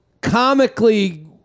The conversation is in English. comically